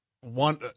one